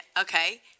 Okay